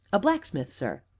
a blacksmith, sir.